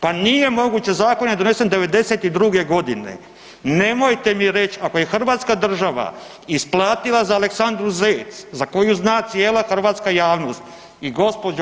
Pa nije moguće, zakon je donesen '92. g., nemojte mi reći ako je hrvatska država isplatila za Aleksandru Zec za koju zna cijela hrvatska javnost i gđo.